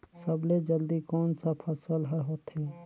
सबले जल्दी कोन सा फसल ह होथे?